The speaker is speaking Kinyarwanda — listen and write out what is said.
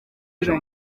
byo